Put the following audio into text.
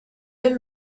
del